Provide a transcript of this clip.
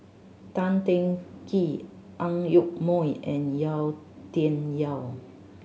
Tan Teng Kee Ang Yoke Mooi and Yau Tian Yau